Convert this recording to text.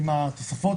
עם התוספות